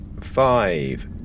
Five